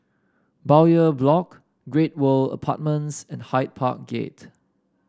Bowyer Block Great World Apartments and Hyde Park Gate